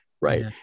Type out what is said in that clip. right